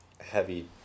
heavy